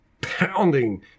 pounding